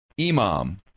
imam